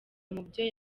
mubyo